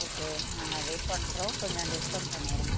okay நாங்கள் wait பண்ணுறோம் கொஞ்சம் டிஸ்கவுண்ட் பண்ணிருங்கள்